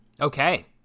Okay